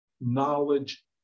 knowledge